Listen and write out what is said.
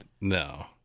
No